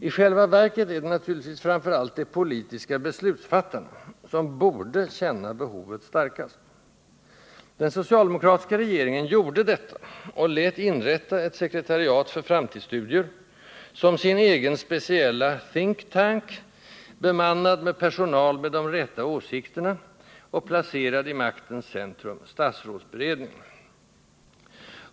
I själva verket är det naturligtvis framför allt de politiska beslutsfattarna som borde känna behovet starkast. Den socialdemokratiska regeringen gjorde detta och lät inrätta ett ”sekretariat för framtidsstudier” som sin egen speciella think-tank, bemannad med personal med de rätta åsikterna och placerad i maktens centrum: statsrådsberedningen.